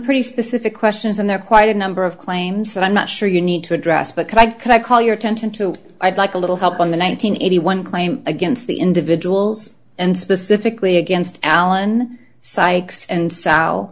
pretty specific questions and there are quite a number of claims that i'm not sure you need to address but can i can i call your attention to i'd like a little help on the one nine hundred eighty one claim against the individuals and specifically against alan sykes and s